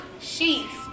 sheets